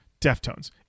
deftones